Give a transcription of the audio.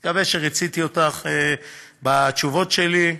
אני מקווה שריציתי אותך בתשובות שלי.